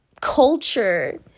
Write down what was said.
culture